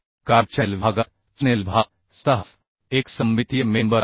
कारण चॅनेल विभागात चॅनेल विभाग स्वतःच एक सममितीय मेंबर आहे